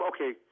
Okay